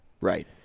Right